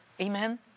Amen